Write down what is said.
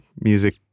music